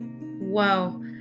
wow